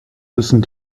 wissen